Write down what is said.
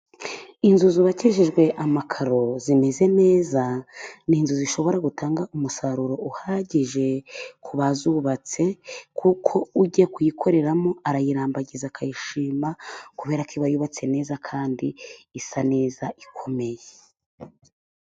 Inzu zubakishijwe amakaro, zimeze neza， ni inzu zishobora gutanga umusaruro uhagije ku bazubatse， kuko ujya kuyikoreramo arayirambagiza akayishima， kubera ko iba yubatse neza，kandi isa neza ikomeye.